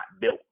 built